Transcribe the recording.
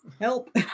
Help